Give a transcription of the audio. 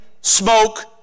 smoke